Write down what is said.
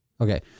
okay